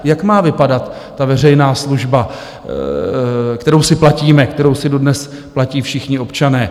Jak má vypadat ta veřejná služba, kterou si platíme, kterou si dodnes platí všichni občané?